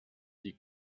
die